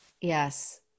Yes